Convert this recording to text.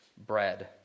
Bread